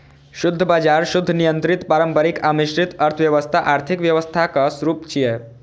शुद्ध बाजार, शुद्ध नियंत्रित, पारंपरिक आ मिश्रित अर्थव्यवस्था आर्थिक व्यवस्थाक रूप छियै